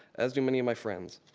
as do many of my friends.